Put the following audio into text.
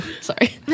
Sorry